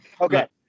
Okay